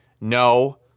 No